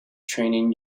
training